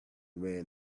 ran